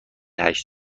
هشت